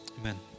Amen